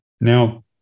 Now